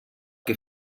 què